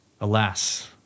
alas